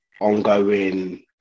ongoing